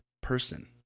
person